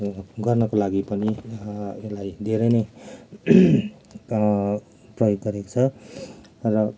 गर्नका लागि पनि यसलाई धेरै नै प्रयोग गरिन्छ र